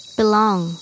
belong